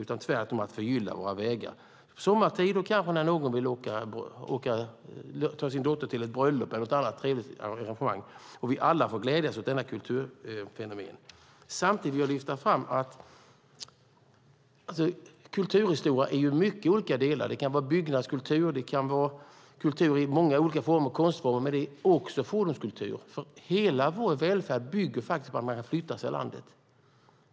Det handlar tvärtom att förgylla våra vägar sommartid, kanske när någon vill ta sin dotter till ett bröllop eller något annat trevligt arrangemang, så att vi alla får glädjas åt detta kulturfenomen. Samtidigt vill jag lyfta fram att kulturhistoria består av många olika delar. Det kan vara byggnadskultur, och det kan vara kultur inom många olika konstformer. Men det är också fordonskultur. Hela vår välfärd bygger faktiskt på att man kan förflytta sig i landet.